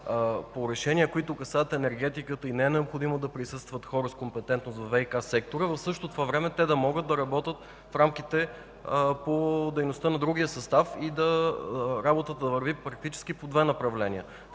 по решения, които касаят енергетиката, и не е необходимо да присъстват хора с компетентност по ВиК сектора, в същото време те да могат да работят в рамките на дейността на другия състав, та работата да върви практически по две направления.